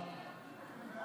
תשובה